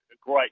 great